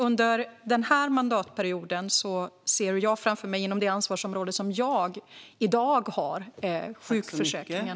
Under den här mandatperioden ser jag framför mig åtgärder inom det ansvarsområde som jag i dag har: sjukförsäkringen.